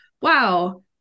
wow